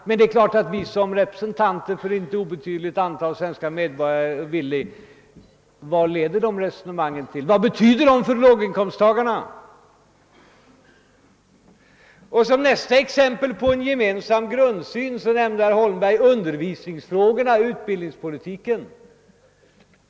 Men det är klart att vi som representanter för ett icke obetydligt antal svenska medborgare frågar vart dessa resonemang leder och vad de betyder för låginkomsttagarna. Nästa exempel på en gemensam grundsyn var enligt herr Holmberg undervisningsfrågorna och utbildningspolitiken.